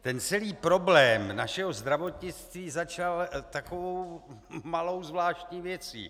Ten celý problém našeho zdravotnictví začal takovou malou zvláštní věcí.